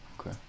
okay